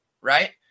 right